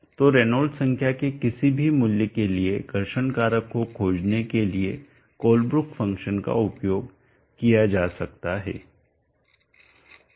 तो रेनॉल्ड्स संख्या के किसी भी मूल्य के लिए घर्षण कारक को खोजने के लिए कोलब्रुक फ़ंक्शन का उपयोग किया जा सकता है